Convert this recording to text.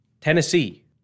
Tennessee